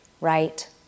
Right